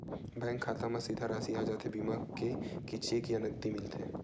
Bank खाता मा सीधा राशि आ जाथे बीमा के कि चेक या नकदी मिलथे?